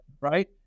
right